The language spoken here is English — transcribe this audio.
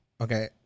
okay